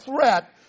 threat